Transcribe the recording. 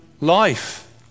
life